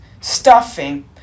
stuffing